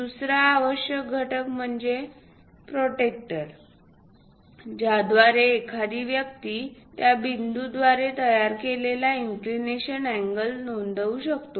दुसरा आवश्यक घटक म्हणजे प्रोटॅक्टर ज्याद्वारे एखादी व्यक्ती त्या बिंदूद्वारे तयार केलेला इंक्लिनेशन अँगल नोंदवू शकतो